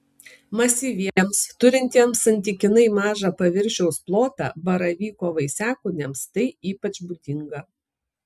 masyviems turintiems santykinai mažą paviršiaus plotą baravyko vaisiakūniams tai ypač būdinga